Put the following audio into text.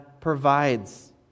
provides